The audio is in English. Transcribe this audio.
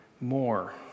more